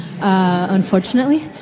unfortunately